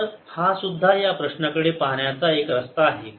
तर हा सुद्धा या प्रश्नाकडे पाहण्याचा एक रस्ता आहे